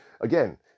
again